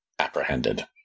Apprehended